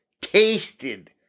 tasted